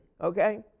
okay